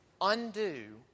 undo